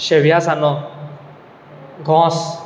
शेंवया सांजो घोंस